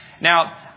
Now